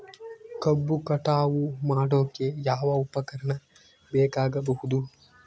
ಕಬ್ಬು ಕಟಾವು ಮಾಡೋಕೆ ಯಾವ ಉಪಕರಣ ಬೇಕಾಗಬಹುದು?